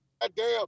Goddamn